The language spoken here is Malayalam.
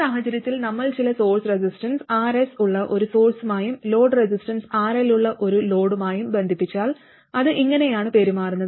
ഈ സാഹചര്യത്തിൽ നമ്മൾ ചില സോഴ്സ് റെസിസ്റ്റൻസ് Rs ഉള്ള ഒരു സോഴ്സുമായും ലോഡ് റെസിസ്റ്റൻസ് RL ഉള്ള ഒരു ലോഡുമായും ബന്ധിപ്പിച്ചാൽ അത് ഇങ്ങനെയാണ് പെരുമാറുന്നത്